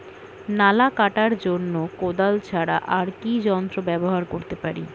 নালা কাটার জন্য কোদাল ছাড়া আর কি যন্ত্র ব্যবহার করতে পারি?